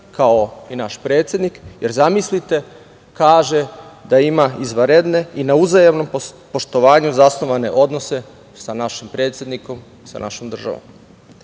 kao i naš predsednik, jer zamislite kaže – da ima izvanredne i na uzajamnom poštovanju zasnovane odnose sa našim predsednikom, sa našom državom. Sada